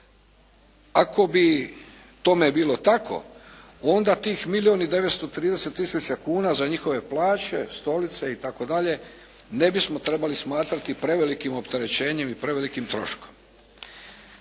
Ako bi tome bilo tako, onda tih milijun i 930 tisuća kuna za njihove plaće, stolice itd. ne bismo trebalo smatrati prevelikim opterećenjem i prevelikim troškom.